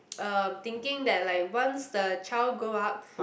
um thinking that like once the child grow up